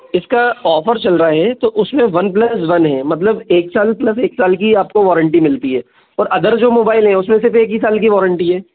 इसका ऑफर चल रहा है तो उसमे वन प्लस वन है मतलब एक साल प्लस एक साल की आपको वारंटी मिलती है और अदर जो मोबाइल हैं उसमें एक ही साल की वारंटी है